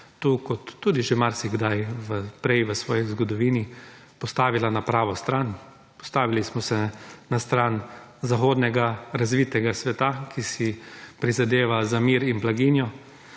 tu kot, tudi že marsikdaj prej, v svoji zgodovini, postavila na pravo stran, postavili smo se na stran zahodnega razvitega sveta, ki si prizadeva za mir in blaginjo,